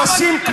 אפסים,